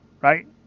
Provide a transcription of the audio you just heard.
Right